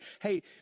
hey